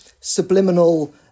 subliminal